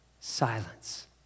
silence